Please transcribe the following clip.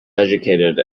educated